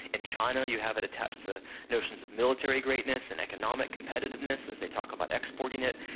in china, you have it attached to notions of military greatness, and economic competitiveness as they talk about exporting it.